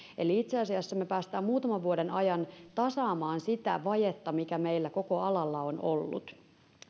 itse asiassa me pääsemme muutaman vuoden ajan tasaamaan sitä vajetta mikä meillä koko alalla on ollut